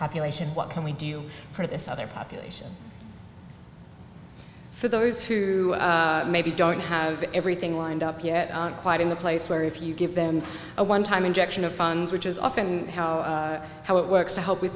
population what can we do for this other population for those who maybe don't have everything lined up yet quite in the place where if you give them a one time injection of funds which is often how it works to help with